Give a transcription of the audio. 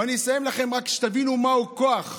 ואני אסיים לכם, רק שתבינו מהו כוח: